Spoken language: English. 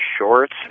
shorts